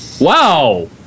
Wow